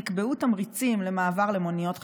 נקבעו תמריצים למעבר למוניות חשמליות,